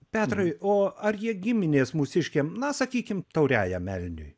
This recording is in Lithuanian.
petrai o ar jie giminės mūsiškiam na sakykim tauriajam elniui